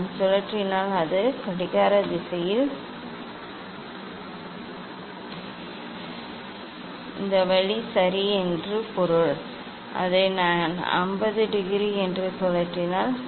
நான் சுழற்றினால் அது கடிகார திசையில் கடிகார திசையில் இந்த வழி சரி என்று பொருள் நான் அதை 50 டிகிரி என்று சுழற்றினால்